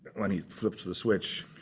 when he flips the switch,